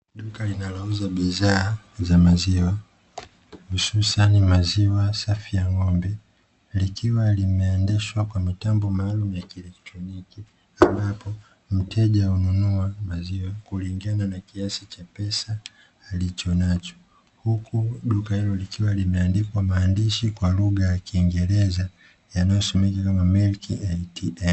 Duka linalo uza bidhaa za maziwa hususani maziwa safi ya ng'ombe likiwa linaendeshwa na mitambo maalumu ya kieletroniki ambapo mteja hununua maziwa kulingana na kiasi cha pesa alichokuwa nacho. Huku duka hilo likiwa limeandikwa maandishi ya kiingereza yanayosomeka "MILK ATM".